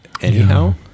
anyhow